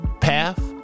path